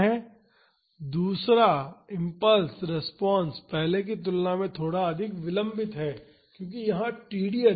दूसरा दूसरा impulse response पहले की तुलना में थोड़ा अधिक विलंबित है क्योंकि यहां td अधिक है